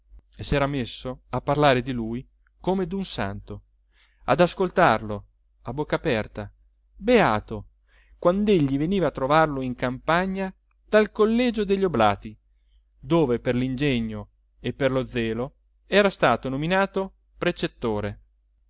e s'era messo a parlare di lui come d'un santo ad ascoltarlo a bocca aperta beato quand'egli veniva a trovarlo in campagna dal collegio degli oblati dove per l'ingegno e per lo zelo era stato nominato precettore